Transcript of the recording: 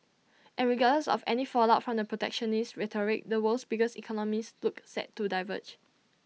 and regardless of any fallout from the protectionist rhetoric the world's biggest economies look set to diverge